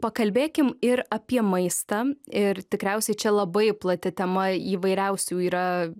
pakalbėkim ir apie maistą ir tikriausiai čia labai plati tema įvairiausių yra